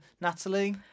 Natalie